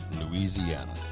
Louisiana